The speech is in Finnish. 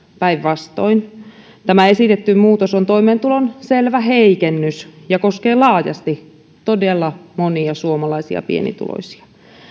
päinvastoin tämä esitetty muutos on toimeentulon selvä heikennys ja koskee laajasti todella monia suomalaisia pienituloisia